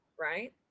right